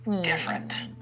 Different